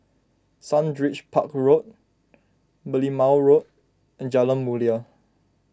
Sundridge Park Road Merlimau Road and Jalan Mulia